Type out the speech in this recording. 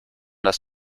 das